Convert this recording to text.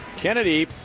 Kennedy